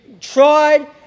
tried